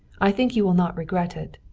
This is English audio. i think you will not regret it.